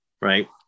right